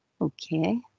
Okay